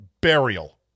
burial